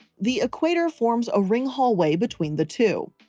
the equator forms a ring hallway between the two.